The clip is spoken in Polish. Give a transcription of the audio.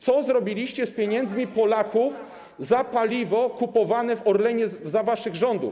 Co zrobiliście z pieniędzmi Polaków za paliwo kupowane w Orlenie za waszych rządów.